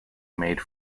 made